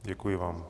Děkuji vám.